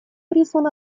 призван